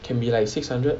can be like six hundred